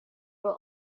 were